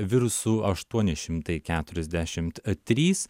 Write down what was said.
virusų aštuoni šimtai keturiasdešimt trys